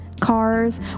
cars